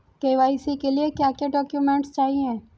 KYC के लिए क्या क्या डॉक्यूमेंट चाहिए?